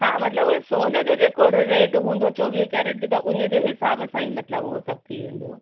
हा मतिलब उहो सोन न जेको रेट हूंदो चौवीह कैरेट जो त उने जे हिसाब सां ई मतिलब उहो सभु थी वेंदो